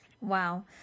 wow